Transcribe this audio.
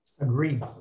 Agreed